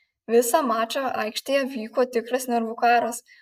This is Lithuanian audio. visą mačą aikštėje vyko tikras nervų karas